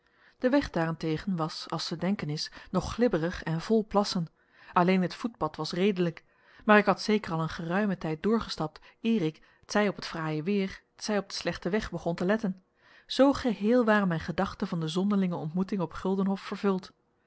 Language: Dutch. de weg daarentegen was als te denken is nog glibberig en vol plassen alleen het voetpad was redelijk maar ik had zeker al een geruimen tijd doorgestapt eer ik t zij op het fraaie weer t zij op den slechten weg begon te letten zoo geheel waren mijn gedachten van de zonderlinge ontmoeting op guldenhof vervuld